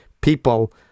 people